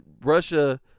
Russia